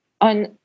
on